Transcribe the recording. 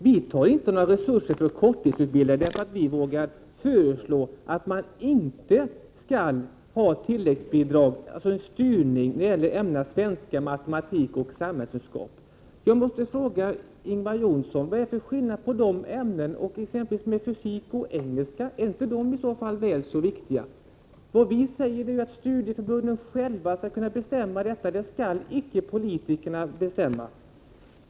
Vi tar inte några resurser från korttidsutbildade därför att vi vågar föreslå att man genom tilläggsbidrag inte skall styra till ämnena svenska, matematik och samhällskunskap. Jag måste fråga Ingvar Johnsson: Vad är det för skillnad mellan dessa ämnen och exempelvis fysik och engelska? Är inte dessa väl så viktiga? Vi tycker att studieförbunden själva skall kunna bestämma, det skall inte politikerna göra.